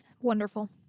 Wonderful